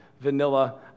vanilla